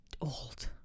Old